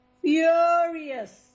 furious